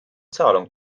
zahlung